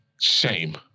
Shame